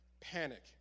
panic